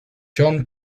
john